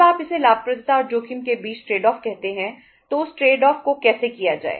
जब आप इसे लाभप्रदता और जोखिम के बीच ट्रेड ऑफ को कैसे किया जाए